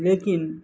لیکن